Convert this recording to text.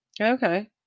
Okay